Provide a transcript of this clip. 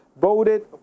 voted